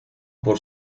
por